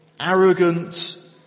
arrogant